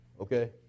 okay